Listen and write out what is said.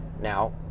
Now